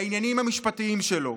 לעניינים המשפטיים שלו,